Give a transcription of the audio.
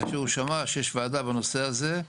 כאשר הוא שמע שיש וועדה בנושא הזה,